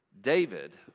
David